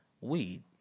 weed